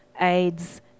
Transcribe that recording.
AIDS